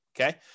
Okay